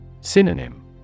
Synonym